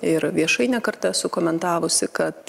ir viešai ne kartą esu komentavusi kad